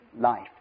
life